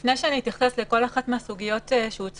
היא לא תעשה את המהפך אבל היא תעשה שינוי בהידברות,